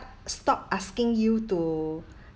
stop asking you to